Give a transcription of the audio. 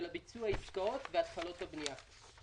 של ביצוע העסקאות והתחלות הבנייה.